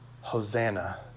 Hosanna